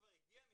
כבר הגיעה משטרה,